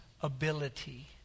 ability